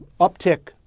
uptick